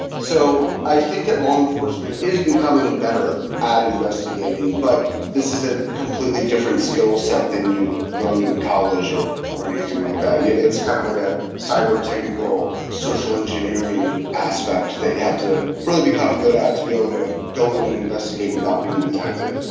so i think that law enforcement is becoming better at investigating, but this is a completely different skillset than you learn in college or or anything like that. it's kind of like a cyber technical social engineering aspect that you have to really become good out to be able to go in and investigate without being detected.